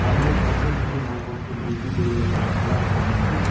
বাজারত পচনশীল মালপত্তর বিক্রি করিবার তানে সেরা সমাধান কি?